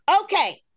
Okay